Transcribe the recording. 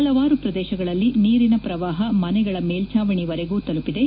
ಹಲವಾರು ಪ್ರದೇಶಗಳಲ್ಲಿ ನೀರಿನ ಪ್ರವಾಹ ಮನೆಗಳ ಮೇಲ್ಲಾವಣಿವರೆಗೂ ತಲುಪಿದೆ